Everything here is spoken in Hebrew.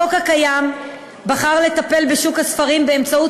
החוק הקיים בחר לטפל בשוק הספרים באמצעות